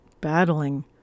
battling